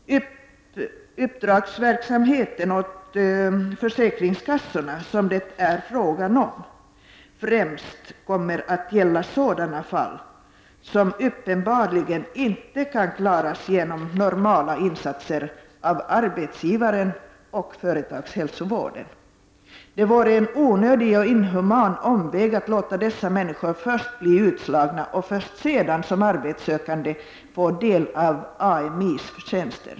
Den uppdragsverksamhet åt försäkringskassorna som det är fråga om kommer främst att gälla sådana fall som uppenbarligen inte kan klaras genom normala insatser av arbetsgivaren och företagshälsovården. Det vore en onödig och inhuman omväg att låta dessa människor först bli utslagna och inte förrän därefter — som arbetssökande — få del av Ami:s tjänster.